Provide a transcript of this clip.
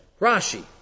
Rashi